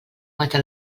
mata